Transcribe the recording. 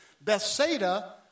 Bethsaida